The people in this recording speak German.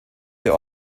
der